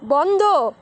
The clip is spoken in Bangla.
বন্ধ